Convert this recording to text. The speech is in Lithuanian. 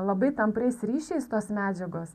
labai tampriais ryšiais tos medžiagos